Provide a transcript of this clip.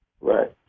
Right